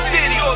City